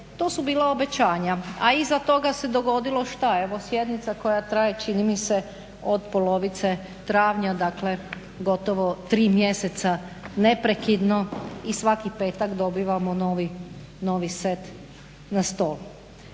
To su bila obećanja, a iza toga se dogodilo što? Evo sjednica koja traje čini mi se od polovice travnja dakle gotovo tri mjeseca neprekidno i savki petek dobivamo novi set na stol.